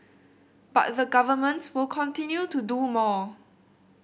but the Government will continue to do more